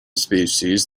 species